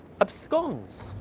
absconds